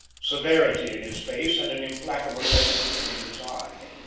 severity in his face and an implacable resolution in his eye.